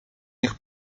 niech